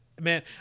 Man